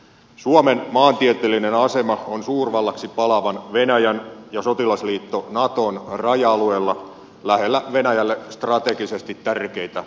suomen maantieteellinen asema on suurvallaksi palaavan venäjän ja sotilasliitto naton raja alueella lähellä venäjälle strategisesti tärkeitä alueita